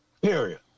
period